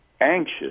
anxious